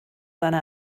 einer